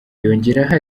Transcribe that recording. yongeraho